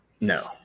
No